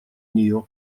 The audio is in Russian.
нее